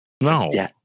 No